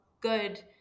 good